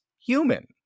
human